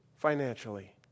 financially